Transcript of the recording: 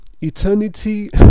Eternity